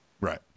Right